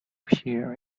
here